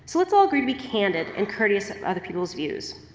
so let's all agree to be candid and courteous of other people's views.